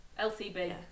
LCB